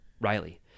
Riley